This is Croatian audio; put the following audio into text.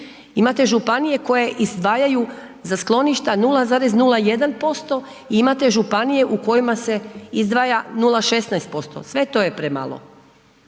Imate županije koje izdvajaju za skloništa 0,01% i imate županije u kojima se izdvaja 0,16%. Sve to je premalo.